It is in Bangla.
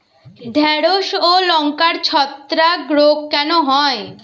ঢ্যেড়স ও লঙ্কায় ছত্রাক রোগ কেন হয়?